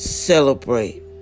celebrate